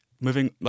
moving